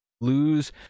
lose